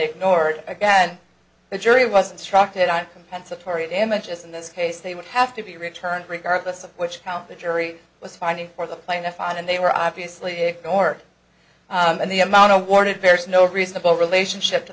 ignored again the jury was instructed on compensatory damages in this case they would have to be returned regardless of which count the jury was finding for the plaintiff on and they were obviously gore and the amount of awarded bears no reasonable relationship to